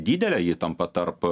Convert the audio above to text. didelė įtampa tarp